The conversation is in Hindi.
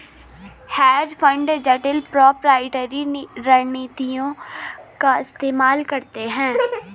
हेज फंड जटिल प्रोपराइटरी रणनीतियों का इस्तेमाल करते हैं